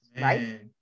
right